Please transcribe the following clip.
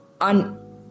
on